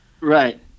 Right